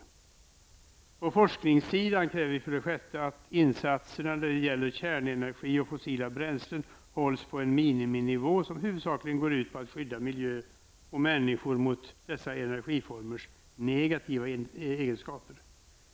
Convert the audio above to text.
På forskningssidan kräver vi för det sjätte att insatserna när det gäller kärnenergi och fossila bränslen hålls på en miniminivå som huvudsakligen går ut på att skydda miljö och människor mot dessa energiformers negativa egenskaper.